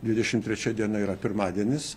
dvidešimt trečia diena yra pirmadienis